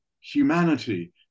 humanity